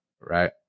Right